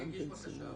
הוא הגיש בקשה.